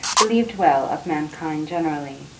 believed well of mankind generally,